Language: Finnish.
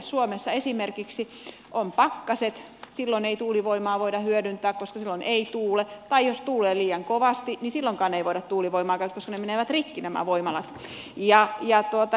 suomessa esimerkiksi on pakkaset silloin ei tuulivoimaa voida hyödyntää koska silloin ei tuule tai jos tuulee liian kovasti niin silloinkaan ei voida tuulivoimaa käyttää koska nämä voimalat menevät rikki